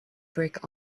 brick